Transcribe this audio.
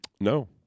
no